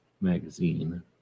magazine